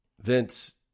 Vince